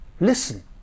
Listen